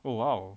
oh !wow!